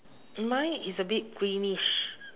mine is a bit greenish